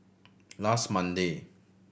last Monday